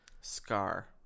Scar